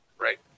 right